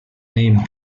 name